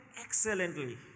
excellently